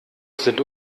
sind